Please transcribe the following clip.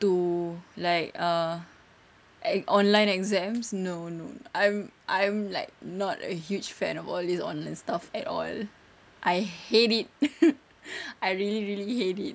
to like err online exams no no I'm I'm like not a huge fan of all this online stuff at all I hate it I really really hate it